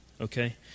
Okay